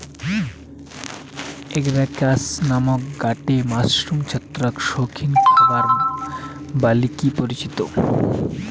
Agaricus নামের গটে mushroom ছত্রাক শৌখিন খাবার বলিকি পরিচিত